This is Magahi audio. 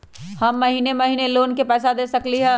हम महिने महिने लोन के पैसा दे सकली ह?